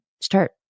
start